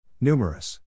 Numerous